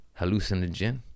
hallucinogen